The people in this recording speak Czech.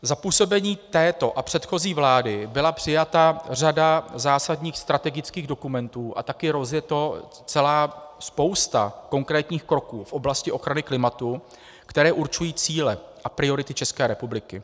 Za působení této a předchozí vlády byla přijata řada zásadních strategických dokumentů a taky rozjeta celá spousta konkrétních kroků v oblasti ochrany klimatu, které určují cíle a priority České republiky.